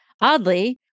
oddly